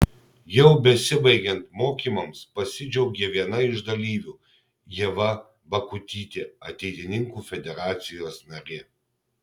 jau besibaigiant mokymams pasidžiaugė viena iš dalyvių ieva bakutytė ateitininkų federacijos narė